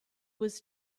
was